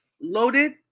loaded